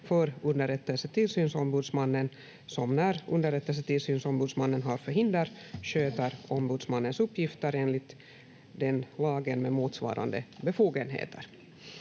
för underrättelsetillsynsombudsmannen som när underrättelsetillsynsombudsmannen har förhinder sköter ombudsmannens uppgifter enligt den lagen med motsvarande befogenheter.